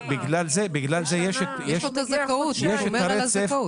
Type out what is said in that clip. יש לו את הזכאות, זה שומר לו על הזכאות.